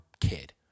kid